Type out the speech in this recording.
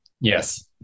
Yes